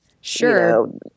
sure